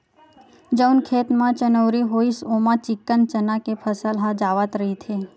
जउन खेत म चनउरी होइस ओमा चिक्कन चना के फसल ह जावत रहिथे